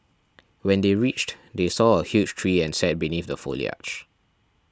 when they reached they saw a huge tree and sat beneath the foliage